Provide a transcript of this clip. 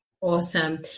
Awesome